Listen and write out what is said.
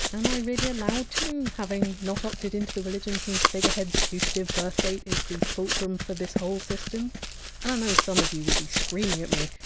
um i really allowed to, having not opted into the religion whose figurehead! s putative birthdate is the fulcrum for this whole system! plus and i know some of you will be screaming at me!